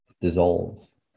dissolves